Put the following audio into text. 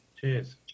Cheers